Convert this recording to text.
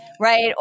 Right